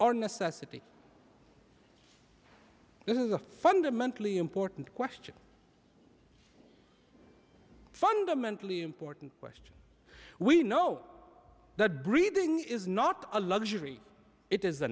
or necessity this is a fundamentally important question fundamentally important question we know that breathing is not a luxury it is a